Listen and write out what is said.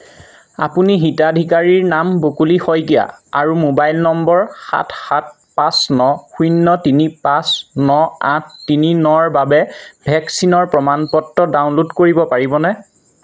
আপুনি হিতাধিকাৰীৰ নাম বকুলি শইকীয়া আৰু মোবাইল নম্বৰ সাত সাত পাঁচ ন শূন্য তিনি পাঁচ ন আঠ তিনি নৰ বাবে ভেকচিনৰ প্ৰমাণপত্ৰ ডাউনলোড কৰিব পাৰিবনে